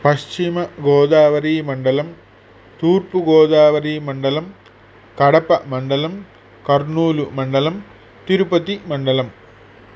पश्चिमगोदावरीमण्डलं तूर्पुगोदावरीमण्डलं कडप्पमण्डलं कर्नूलुमण्डलं तिरुपतिमण्डलं